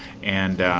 and